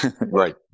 Right